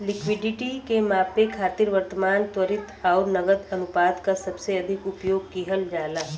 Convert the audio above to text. liquidity के मापे खातिर वर्तमान, त्वरित आउर नकद अनुपात क सबसे अधिक उपयोग किहल जाला